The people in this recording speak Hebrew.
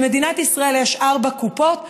במדינת ישראל יש ארבע קופות,